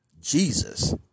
Jesus